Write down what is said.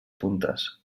puntes